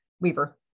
Weaver